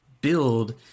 build